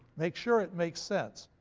make sure it makes sense.